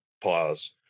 pause